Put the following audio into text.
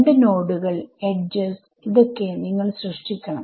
രണ്ട് നോഡുകൾ എഡ്ജസ് ഇതൊക്കെ നിങ്ങൾ സൃഷ്ടിക്കണം